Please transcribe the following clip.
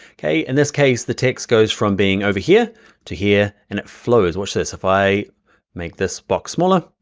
okay, in this case the text goes from being over here to here, and it flows. watch this, if i make this box smaller,